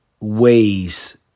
ways